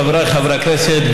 חבריי חברי הכנסת,